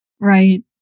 Right